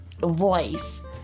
voice